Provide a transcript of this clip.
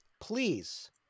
please